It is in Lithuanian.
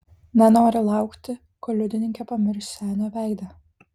nenoriu laukti kol liudininkė pamirš senio veidą